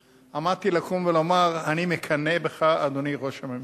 עמדתי לקום ולומר: אני מקנא בך, אדוני ראש הממשלה.